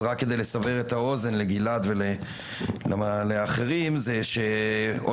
אז רק כדי לסבר את האוזן לגלעד ולאחרים וכשיתחילו